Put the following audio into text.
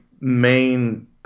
main